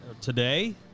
today